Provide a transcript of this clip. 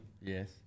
Yes